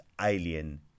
alien